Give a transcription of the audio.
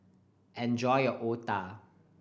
enjoy your otah